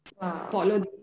follow